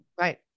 Right